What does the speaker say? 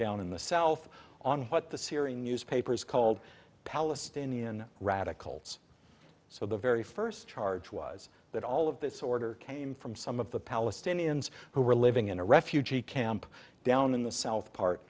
down in the south on what the syrian newspapers called palestinian radicals so the very first charge was that all of this order came from some of the palestinians who were living in a refugee camp down in the south part